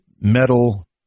metal